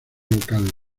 local